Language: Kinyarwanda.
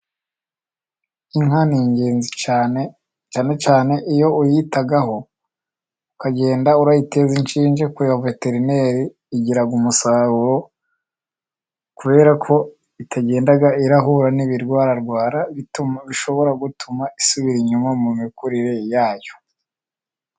Inka ni ingenzi cyane, cyane iyo uyitaho ukagenda uyiteza inshinge ku ba veterineri, igira umusaruro kubera ko itagenda ihura n'ibirwara bishobora gutuma isubira inyuma mu mikurire yayo.